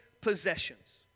possessions